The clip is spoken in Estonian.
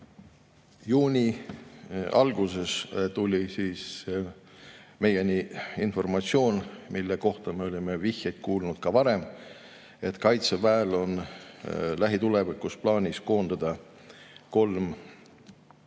Juuni alguses jõudis meieni informatsioon, mille kohta me olime vihjeid kuulnud ka varem: Kaitseväel on lähitulevikus plaanis koondada kolm